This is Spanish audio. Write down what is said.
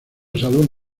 salón